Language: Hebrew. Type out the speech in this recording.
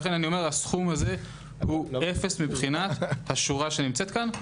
לכן הסכום הזה הוא אפס מבחינת השורה שנמצאת כאן.